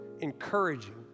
encouraging